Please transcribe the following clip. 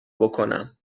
بکنم